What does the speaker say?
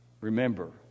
Remember